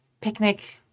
picnic